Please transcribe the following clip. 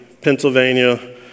Pennsylvania